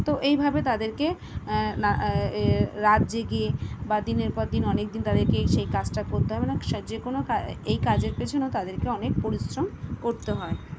তো এইভাবে তাদেরকে না রাত জেগে বা দিনের পর দিন অনেক দিন তাদেরকে সে কাজটা করতে হয় মানে সে যে কোনও কাজের পেছনেও তাদেরকে অনেক পরিশ্রম করতে হয়